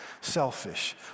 selfish